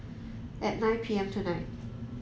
at nine P M tonight